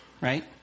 Right